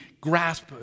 grasp